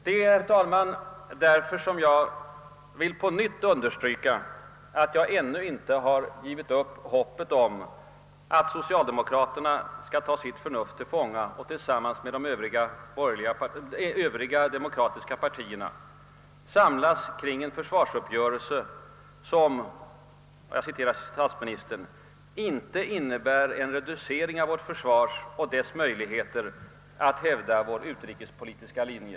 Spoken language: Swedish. Det är, herr talman, därför som jag på nytt vill understryka att jag ännu inte har givit upp hoppet om att socialdemokraterna skall ta sitt förnuft till fånga och tillsammans med de övriga demokratiska partierna samlas kring en försvarsuppgörelse som icke — jag citerar statsministern — »innebär en reducering av vårt försvar och dess möjligheter att hävda vår utrikespolitiska linje».